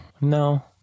no